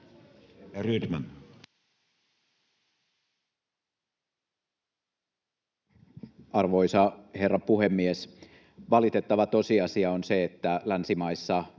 Arvoisa herra puhemies! Valitettava tosiasia on se, että länsimaissa